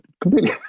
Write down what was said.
completely